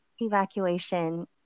evacuation